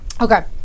Okay